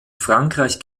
frankreich